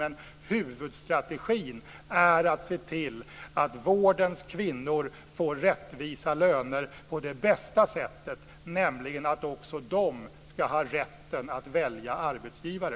Men huvudstrategin är att se till att vårdens kvinnor får rättvisa löner på det bästa sättet, nämligen att också de ska ha rätten att välja arbetsgivare.